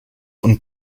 und